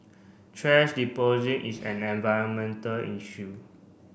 thrash deposit is an environmental issue